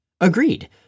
Agreed